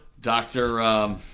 Doctor